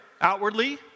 outwardly